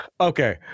Okay